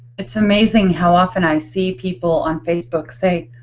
it's amazing how often i see people on facebook say,